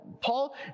Paul